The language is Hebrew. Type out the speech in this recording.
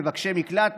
מבקשי מקלט,